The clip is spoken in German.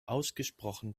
ausgesprochen